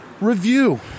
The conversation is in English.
Review